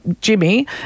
Jimmy